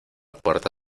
puerta